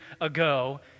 ago